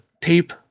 tape